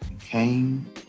came